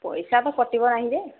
ପଇସା ତ କଟିବ ନାହିଁ ଯେ